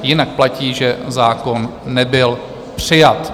Jinak platí, že zákon nebyl přijat.